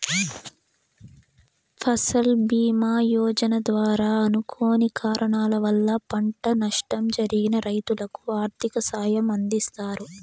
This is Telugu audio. ఫసల్ భీమ యోజన ద్వారా అనుకోని కారణాల వల్ల పంట నష్టం జరిగిన రైతులకు ఆర్థిక సాయం అందిస్తారు